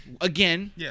again